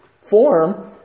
form